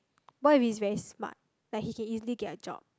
what if he's very smart like he can easily get a job